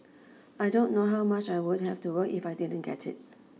I don't know how much I would have to work if I didn't get it